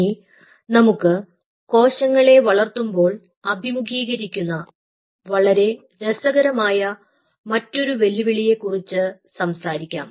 ഇനി നമുക്ക് കോശങ്ങളെ വളർത്തുമ്പോൾ അഭിമുഖീകരിക്കുന്ന വളരെ രസകരമായ മറ്റൊരു വെല്ലുവിളിയെ കുറിച്ച് സംസാരിക്കാം